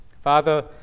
father